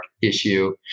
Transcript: issue